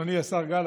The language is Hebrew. אדוני השר גלנט,